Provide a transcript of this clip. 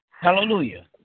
Hallelujah